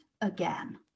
again